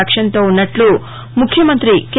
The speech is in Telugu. లక్ష్యంతో ఉన్నట్లు ముఖ్యమంతి కె